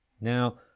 Now